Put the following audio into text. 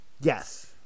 Yes